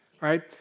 right